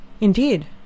Indeed